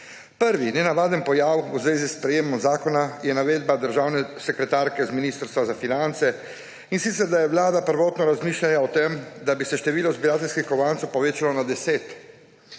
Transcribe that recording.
Prvi nenavaden pojav v zvezi s sprejetjem zakona je navedba državne sekretarke z Ministrstva za finance in sicer, da je vlada prvotno razmišljala o tem, da bi se število zbirateljskih kovancev povečalo na 10.